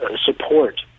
support